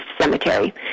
Cemetery